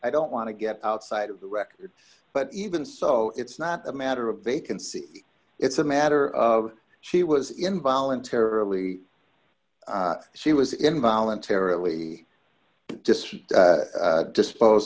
i don't want to get outside of the record but even so it's not a matter of vacancy it's a matter of she was in voluntarily she was in voluntarily just dispose